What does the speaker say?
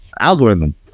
algorithm